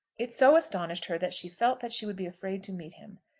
it so astonished her that she felt that she would be afraid to meet him.